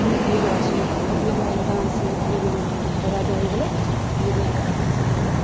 ମୁଖଲି ଜଗ ଆସୁଁ ମୁଖଲି ଜା ଜାଁସି ମୁଖଲି ବିହନ ଜୋଗଁ ମୁଁ ଖରା ଜ ହୋଇଗଲେ ମୁଖଲି ବିହଟା ପୁରା